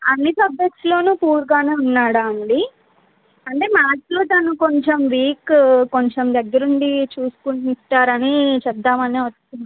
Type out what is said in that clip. అన్ని సబ్జక్ట్స్లోనూ పూర్గానే ఉన్నాడా అండి అంటే మ్యాథ్స్లో తను కొంచెం వీకు కొంచెం దగ్గర ఉండి చూసుకుంటారని చెప్దామని ఒ